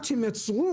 המובלעת שהם יצרו.